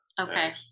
Okay